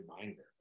reminder